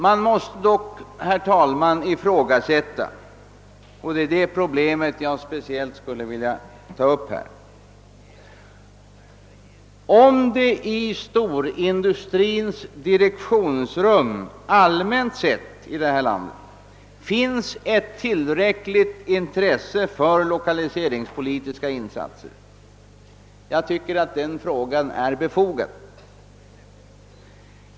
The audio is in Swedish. Det måste vidare ifrågasättas — och det är detta problem jag speciellt skulle vilja ta upp — om det i storindustrins direktionsrum här i landet allmänt sett finns ett tillräckligt intresse för lokaliseringspolitiska insatser.